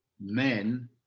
men